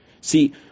See